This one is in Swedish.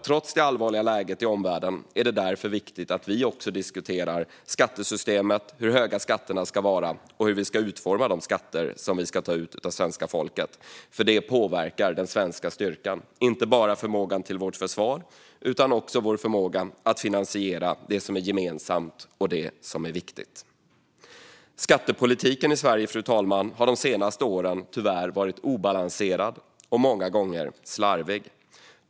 Trots det allvarliga läget i omvärlden är det därför viktigt att vi också diskuterar skattesystemet, hur höga skatterna ska vara och hur vi ska utforma de skatter som vi ska ta ut av svenska folket. Det påverkar nämligen den svenska styrkan - inte bara vår försvarsförmåga utan också vår förmåga att finansiera det som är gemensamt och det som är viktigt. Fru talman! Skattepolitiken i Sverige har de senaste åren tyvärr varit obalanserad och många gånger slarvig.